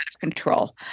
control